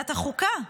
ועדת החוקה.